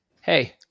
hey